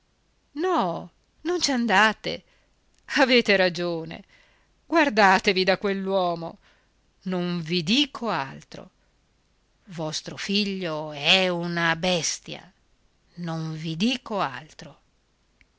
no non ci andate avete ragione guardatevi da quell'uomo non vi dico altro vostro figlio è una bestia non vi dico altro